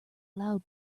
loud